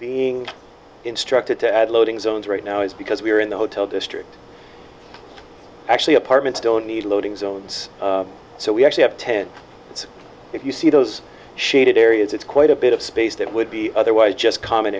being instructed to add loading zones right now is because we're in the hotel district actually apartments don't need loading zones so we actually have ten if you see those shaded areas it's quite a bit of space that would be otherwise just common